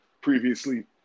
previously